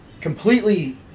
completely